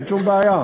אין שום בעיה.